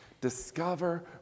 Discover